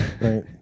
Right